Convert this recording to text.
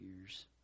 years